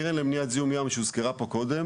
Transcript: הקרן למניעת זיהום ים שהוזכרה פה קודם,